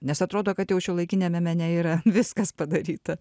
nes atrodo kad jau šiuolaikiniame mene yra viskas padaryta